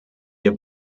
wir